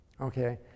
Okay